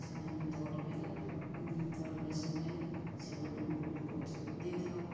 ସେମାନେ ଦୌଡ଼ିବାରେ ଦୌଡ଼ିବା ସମୟରେ ସେମାନଙ୍କୁ ଗ୍ଲୁକୋଜ୍ ଦେଇଥାଉ